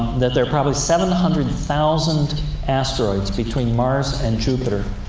that there are probably seven hundred thousand asteroids between mars and jupiter